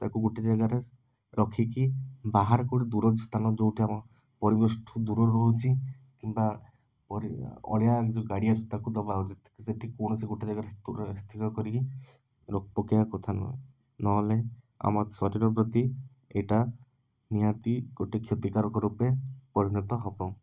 ତାକୁ ଗୋଟେ ଜାଗାରେ ରଖିକି ବାହାରେ କେଉଁଠି ଦୂର ସ୍ଥାନ ଯେଉଁଠି ଆମ ପରିବେଶଠୁ ଦୂରରେ ରହୁଛି କିମ୍ବା ପରେ ଅଳିଆ ଯେଉଁ ଗାଡ଼ି ଆସେ ତାକୁ ଦେବା ଉଚିତ ସେଠି କେଉଁଠି ଗୋଟେ ଜାଗାରେ ସ୍ଥିର କରିକି ପକେଇବା କଥା ନୁହେଁ ନହେଲେ ଆମ ଶରୀର ପ୍ରତି ଏଇଟା ନିହାତି ଗୋଟେ କ୍ଷତିକାରକ ରୂପେ ପରିଣତ ହେବ